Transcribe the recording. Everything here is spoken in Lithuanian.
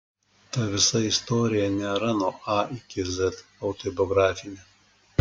ta visa istorija nėra nuo a iki z autobiografinė